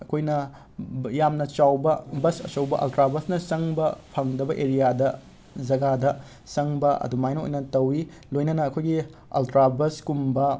ꯑꯈꯣꯏꯅ ꯕ ꯌꯥꯝꯅ ꯆꯥꯎꯕ ꯑꯆꯧꯕ ꯑꯜꯇ꯭ꯔꯥ ꯕꯁꯅ ꯆꯪꯕ ꯐꯪꯗꯕ ꯑꯦꯔꯤꯌꯥꯗ ꯖꯒꯥꯗ ꯆꯪꯕ ꯑꯗꯨꯃꯥꯏꯅ ꯑꯣꯏꯅ ꯇꯧꯏ ꯂꯣꯏꯅꯅ ꯑꯈꯣꯏꯒꯤ ꯑꯜꯇ꯭ꯔꯥ ꯕꯁꯀꯨꯝꯕ